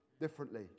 differently